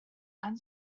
han